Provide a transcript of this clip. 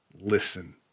listen